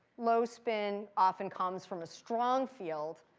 low spin often comes from a strong field.